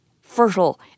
fertile